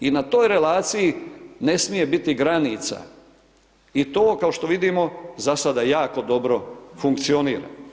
I na toj relaciji ne smije biti granica i to kao što vidimo, za sada jako dobro funkcionira.